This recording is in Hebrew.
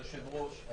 על היושב-ראש,